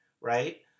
right